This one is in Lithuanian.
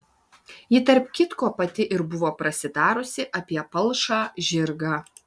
ji tarp kitko pati ir buvo prasitarusi apie palšą žirgą